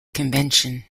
convention